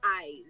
eyes